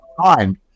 time